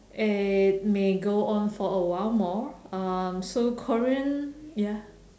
it may go on for a while more um so korean ya